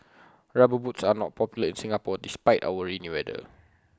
rubber boots are not popular in Singapore despite our rainy weather